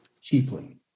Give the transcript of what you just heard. cheaply